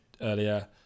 earlier